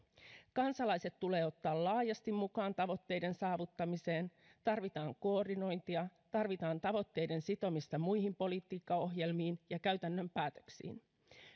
kansalaiset tulee ottaa laajasti mukaan tavoitteiden saavuttamiseen tarvitaan koordinointia tarvitaan tavoitteiden sitomista muihin politiikkaohjelmiin ja käytännön päätöksiin